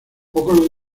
pocos